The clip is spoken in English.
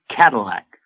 Cadillac